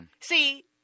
See